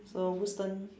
so whose turn